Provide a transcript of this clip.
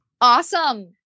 Awesome